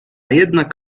jednak